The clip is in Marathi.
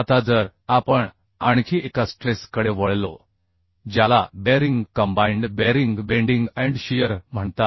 आता जर आपण आणखी एका स्ट्रेस कडे वळलो ज्याला bearing combined bearing bending and shear म्हणतात